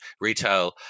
retail